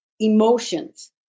emotions